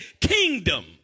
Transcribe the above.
kingdom